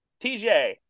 TJ